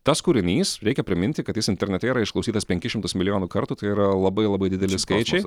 tas kūrinys reikia priminti kad jis internete yra išklausytas penkis šimtus milijonų kartų tai yra labai labai dideli skaičiai